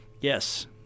Yes